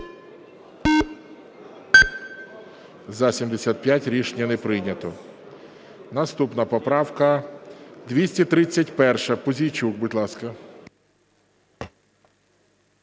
За-75 Рішення не прийнято. Наступна поправка 231. Пузійчук, будь ласка.